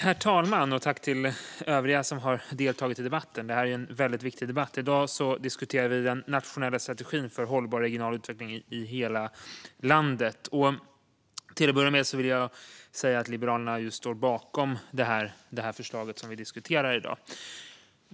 Herr talman! Tack till er som har deltagit i debatten! Detta är en viktig debatt. Vi diskuterar den nationella strategin för hållbar regional utveckling i hela landet, och till att börja med vill jag säga att Liberalerna står bakom det förslag vi diskuterar.